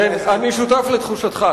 כן, אני שותף לתחושתך.